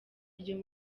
ryo